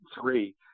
three